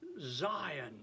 zion